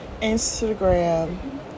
Instagram